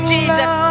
Jesus